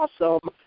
Awesome